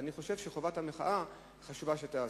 אני חושב שחובת המחאה, חשוב שהיא תיעשה.